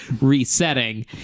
resetting